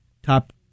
top